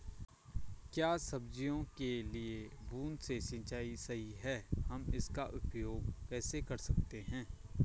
क्या सब्जियों के लिए बूँद से सिंचाई सही है हम इसका उपयोग कैसे कर सकते हैं?